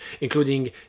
including